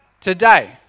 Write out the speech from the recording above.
today